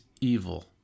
evil